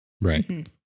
Right